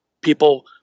People